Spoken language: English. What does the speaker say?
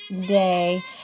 day